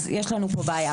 אז יש לנו פה בעיה.